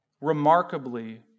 remarkably